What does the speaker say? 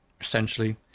essentially